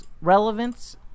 relevance